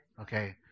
okay